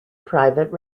private